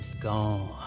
gone